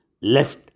left